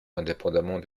indépendamment